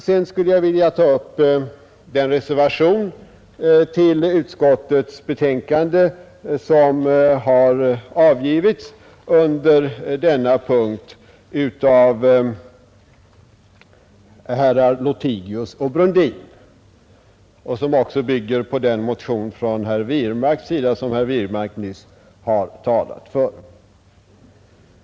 Sedan skulle jag vilja ta upp den reservation till utskottets betänkande som har avgivits vid denna punkt av herrar Lothigius och Brundin och som också bygger på den motion som herr Wirmark nyss har talat för.